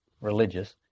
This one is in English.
religious